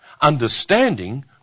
Understanding